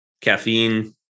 caffeine